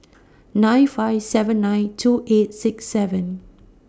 nine five seven nine two eight six seven